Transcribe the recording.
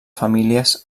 famílies